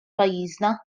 pajjiżna